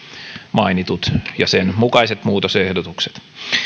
mainitut ja sen mukaiset muutosehdotukset